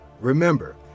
Remember